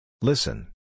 Listen